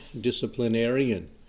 disciplinarian